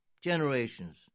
generations